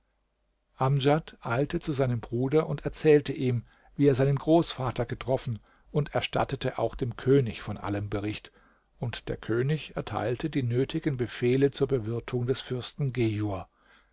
amdjad eilte zu seinem bruder und erzählte ihm wie er seinen großvater getroffen und erstattete auch dem könig von allem bericht und der könig erteilte die nötigen befehle zur bewirtung des fürsten